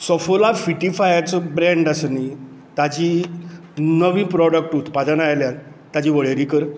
सफोला फिटीफायाचो ब्रँड आसा न्हय ताजी नवी प्रॉडक्ट उत्पादनां आयल्यान ताजी वळेरी कर